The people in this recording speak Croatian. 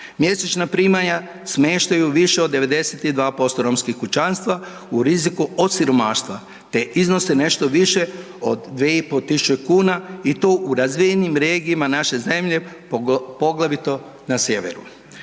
Mjesečna primanja smještaju više od 92% romskih kućanstava u riziku od siromaštva te iznose nešto više od 2 i pol tisuće kuna i to u razvijenim regijama naše zemlje, poglavito na sjeveru.